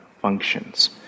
functions